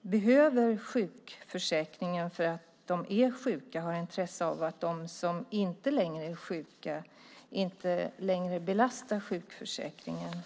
behöver sjukförsäkringen därför att de är sjuka har intresse av att de som inte längre är sjuka inte längre belastar sjukförsäkringen.